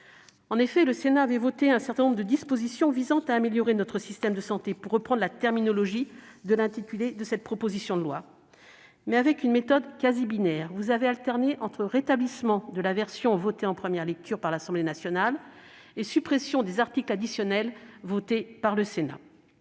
excusable. Le Sénat avait voté un certain nombre de dispositions visant à améliorer notre système de santé, pour reprendre la terminologie de l'intitulé de cette proposition de loi. Or, avec une méthode quasi binaire, vous avez alterné rétablissement de la version votée en première lecture par l'Assemblée nationale et suppression des articles additionnels votés par le Sénat.